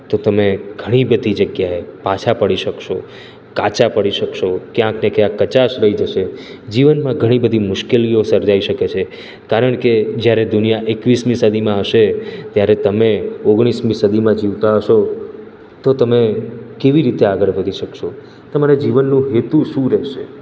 તો તમે ઘણી બધી જગ્યાએ પાછા પડી શકશો કાચા પડી શકશો ક્યાંકને ક્યાંક કચાશ રહી જશે જીવનમાં ઘણી બધી મુશ્કેલીઓ સર્જાઈ શકે છે કારણ કે જ્યારે દુનિયા એકવીસમી સદીમાં હશે ત્યારે તમે ઓગણીસમી સદીમાં જીવતા હશો તો તમે કેવી રીતે આગળ વધી શકશો તમારા જીવનનું હેતુ શું રહેશે